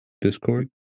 Discord